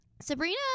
Sabrina